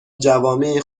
جوامع